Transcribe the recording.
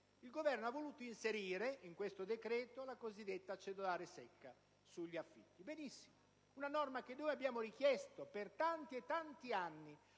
il Governo ha voluto inserire in questo decreto la cosiddetta cedolare secca sugli affitti. Si tratta di una norma che noi abbiamo richiesto per tanti anni,